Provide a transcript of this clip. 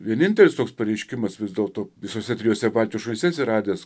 vienintelis toks pareiškimas vis dėlto visose trijose baltijos šalyse atsiradęs